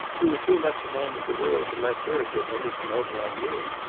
you are too much a man of the world to let her put anything over on you.